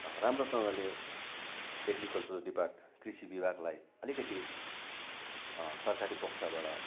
राम्रोसँगले agriculture depart कृषि विभागलाई अलिकति सरकारी पक्षबाट